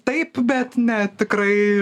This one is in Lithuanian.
taip bet ne tikrai